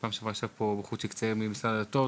בפעם שעברה ישב כאן בחור צעיר ממשרד הדתות